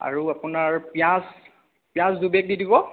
আৰু আপোনাৰ পিঁয়াজ পিঁয়াজ দুবেগমানেই দি দিব